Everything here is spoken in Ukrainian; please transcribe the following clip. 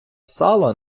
сало